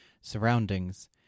surroundings